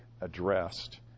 addressed